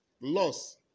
loss